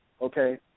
Okay